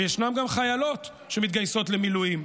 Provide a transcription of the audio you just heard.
וישנן גם חיילות שמתגייסות למילואים,